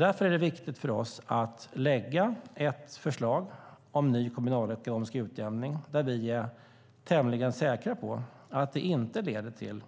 Därför är det viktigt för oss att lägga fram ett förslag om ny kommunalekonomisk utjämning som vi är tämligen säkra på inte leder till